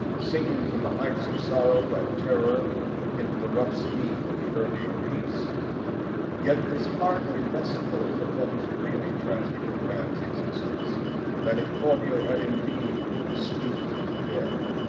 sinking from the heights of sorrow and terror into the rough scheme of the earlier piece yet it is hardly less full of what is really tragic in man's existence than if claudio had indeed stooped to death.